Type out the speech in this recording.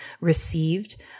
received